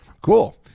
Cool